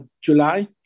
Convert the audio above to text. July